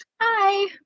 Hi